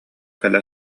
кэлэ